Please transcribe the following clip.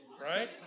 right